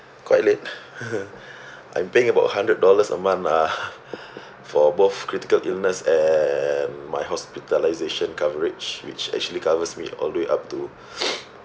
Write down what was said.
quite late I'm paying about hundred dollars a month ah for both critical illness and my hospitalization coverage which actually covers me all the way up to